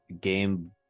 game